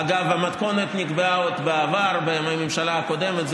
אגב, המתכונת נקבעה עוד בעבר, בימי הממשלה הקודמת.